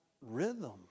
rhythm